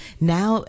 Now